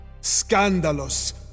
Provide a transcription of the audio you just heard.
scandalous